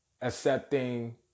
accepting